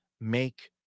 make